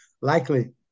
likely